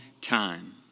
time